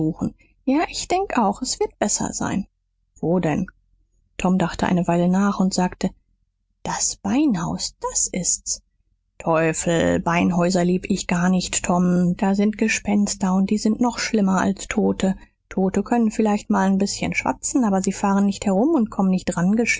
ja ich denk auch s wird besser sein wo denn tom dachte eine weile nach und sagte das beinhaus das ist's teufel beinhäuser lieb ich gar nicht tom da sind gespenster und die sind noch schlimmer als tote tote können vielleicht mal n bißchen schwatzen aber sie fahren nicht herum und kommen nicht